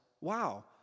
Wow